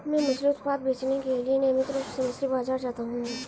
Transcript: मैं मछली उत्पाद बेचने के लिए नियमित रूप से मछली बाजार जाता हूं